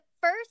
first